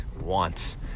wants